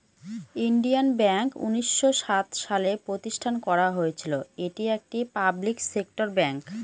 Indian bank উনিশশো সাত সালে প্রতিষ্ঠান করা হয়েছিল এটি একটি পাবলিক সেক্টর ব্যাঙ্ক